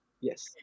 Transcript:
yes